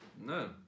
No